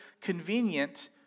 convenient